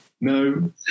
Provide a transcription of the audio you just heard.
no